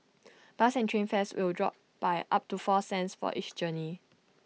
bus and train fares will drop by up to four cents for each journey